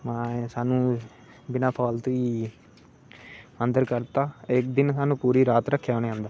स्हानू बिना फालतू दी अंदर करी दिता ते दिन स्हानू पूरी रात रक्खेआ उने स्हानू अंदर